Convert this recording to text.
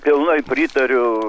pilnai pritariu